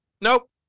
Nope